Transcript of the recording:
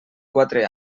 quatre